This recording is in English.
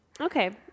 Okay